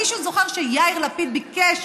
מישהו זוכר שיאיר לפיד ביקש